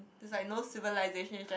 it's like no civilisation it's just you